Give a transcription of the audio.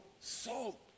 salt